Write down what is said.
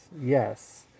Yes